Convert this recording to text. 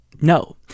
no